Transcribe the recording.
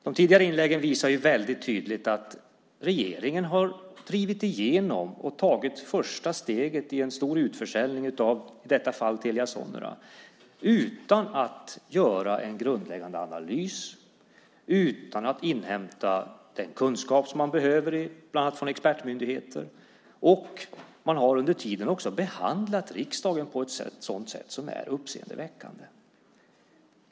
De tidigare inläggen visar väldigt tydligt att regeringen har drivit igenom och tagit första steget i en stor utförsäljning, av i detta fall Telia Sonera, utan att göra en grundläggande analys och utan att inhämta den kunskap som man behöver från bland annat expertmyndigheter. Man har under tiden också behandlat riksdagen på ett sätt som är uppseendeväckande.